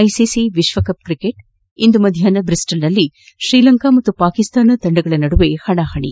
ICC ವಿಶ್ವಕಪ್ cricket ಇಂದು ಮಧ್ಯಾಷ್ನ ಬ್ರಿಸ್ಟಲ್ನಲ್ಲಿ ಶ್ರೀಲಂಕಾ ಪಾಕಿಸ್ತಾನ ತಂಡಗಳ ನಡುವೆ ಹಣಾಹಣಿ